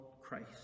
Christ